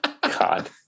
God